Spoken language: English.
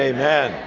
Amen